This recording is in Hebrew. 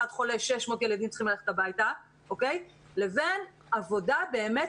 חולה ו-600 ילדים צריכים ללכת הביתה לבין עבודה באמת